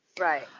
Right